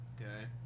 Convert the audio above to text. Okay